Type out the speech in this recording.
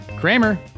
Kramer